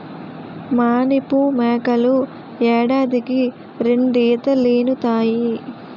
మానిపు మేకలు ఏడాదికి రెండీతలీనుతాయి